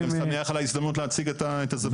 אני גם שמח על ההזדמנות להציג את הזווית שלנו.